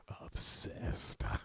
obsessed